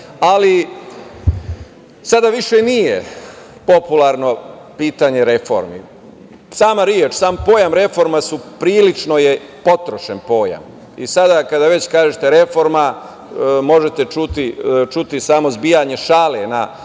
ali sada više nije popularno pitanje reformi. Sama reč, sam pojam reforma prilično je potrošen pojam i sada kada kažete „reforma“ možete samo čuti zbijanje šale na račun